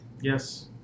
Yes